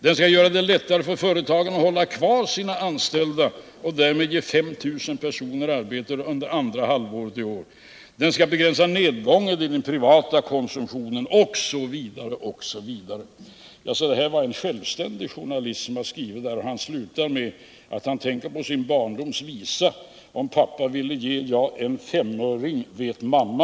Den skall göra det lättare för företagen att hålla kvar sina anställda och därmed ge 5 000 personer arbete under andra halvåret i år. Den skall begränsa nedgången i den privata konsumtionen osv.” Jag sade att det är en självständig journalist som har skrivit detta. Han slutar med att han tänker på sin barndoms visa: ”Om pappa ville ge jag en femöring vet mamma .